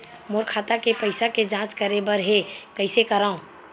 मोर खाता के पईसा के जांच करे बर हे, कइसे करंव?